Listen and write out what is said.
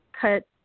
cut